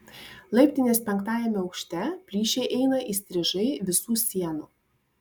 laiptinės penktajame aukšte plyšiai eina įstrižai visų sienų